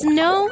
no